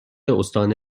استان